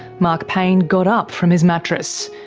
mark payne got up from his mattress.